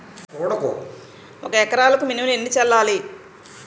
ఒక ఎకరాలకు మినువులు ఎన్ని చల్లాలి?